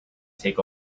take